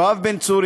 יואב בן צור,